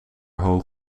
hoog